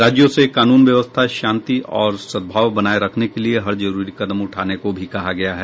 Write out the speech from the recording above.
राज्यों से कानून व्यवस्था शांति और सद्भाव बनाये रखने के लिए हर जरूरी कदम उठाने को भी कहा गया है